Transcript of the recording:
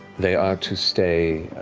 they are to stay,